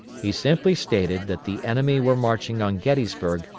he simply stated that the enemy were marching on gettysburg,